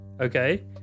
okay